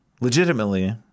legitimately